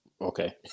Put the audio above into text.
Okay